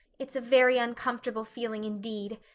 it's a very uncomfortable feeling indeed.